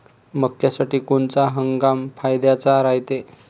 मक्क्यासाठी कोनचा हंगाम फायद्याचा रायते?